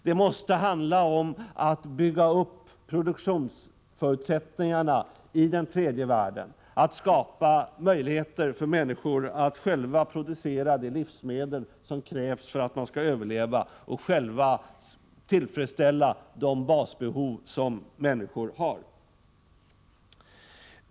Det måste handla om att bygga upp produktionsförutsättningarna i den tredje världen, att skapa möjligheter för människor att själva producera de livsmedel som krävs för att de skall överleva och själva tillfredsställa de basbehov som människor har.